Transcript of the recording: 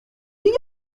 hier